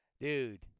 Dude